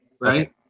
right